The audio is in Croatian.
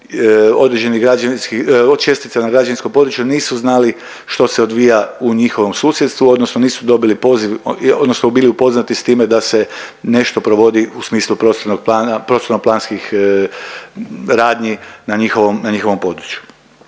čestica na građevinskom području nisu znali što se odvija u njihovom susjedstvu odnosno nisu dobili poziv odnosno bili upoznati s time da se nešto provodi u smislu prostornog plana, prostorno planskih radnji na njihovom području.